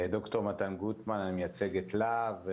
אני מייצג את להב.